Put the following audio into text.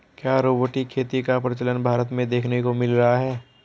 क्या रोबोटिक खेती का प्रचलन भारत में देखने को मिल रहा है?